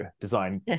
design